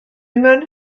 mewn